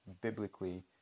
biblically